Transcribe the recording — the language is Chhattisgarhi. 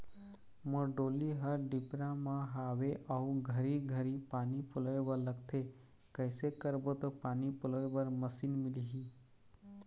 मोर डोली हर डिपरा म हावे अऊ घरी घरी पानी पलोए बर लगथे कैसे करबो त पानी पलोए बर मशीन मिलही?